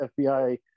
FBI